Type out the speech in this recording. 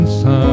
sun